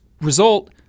result